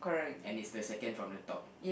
and it's the second from the top